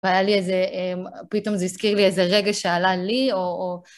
והיה לי איזה, פתאום זה הזכיר לי איזה רגע שעלה לי, או...